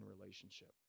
relationship